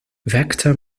vector